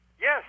Yes